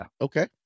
Okay